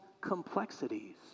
complexities